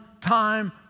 time